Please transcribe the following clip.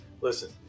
listen